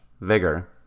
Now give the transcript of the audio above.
Vigor